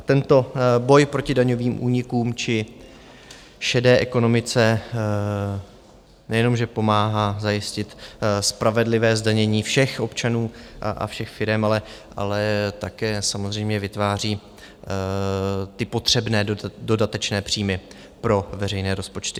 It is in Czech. Tento boj proti daňovým únikům či šedé ekonomice nejenom, že pomáhá zajistit spravedlivé zdanění všech občanů a všech firem, ale také samozřejmě vytváří potřebné dodatečné příjmy pro veřejné rozpočty;